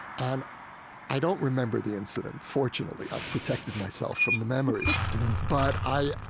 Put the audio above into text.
and i don't remember the incident, fortunately i've protected myself from the memory but i,